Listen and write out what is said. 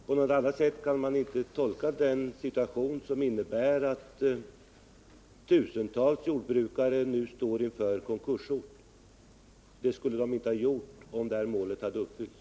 På något annat sätt kan man inte tolka det förhållandet att vi har en situation som innebär att tusentals jordbrukare nu står inför konkurshot. Det skulle de inte ha gjort om det här målet hade uppfyllts.